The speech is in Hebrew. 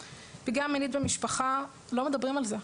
פגיעה מינית במשפחה, לא מדברים על זה.